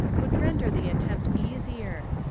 would render the attempt easier.